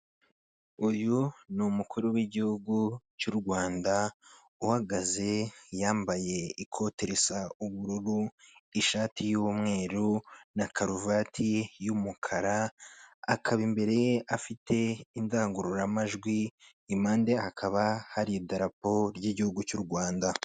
Uyu ni umukuru w'igihugu cy'u Rwanda uhagaze yambaye ikoti risa ubururu, ishati y'umweru na karuvati y'umukara akaba imbere ye afite indangururamajwi impamde hakaba hari idarapo ry'igihugu cy'u Rwanda.